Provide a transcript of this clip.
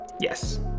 yes